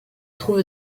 trouve